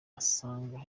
isanga